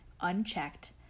unchecked